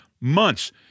months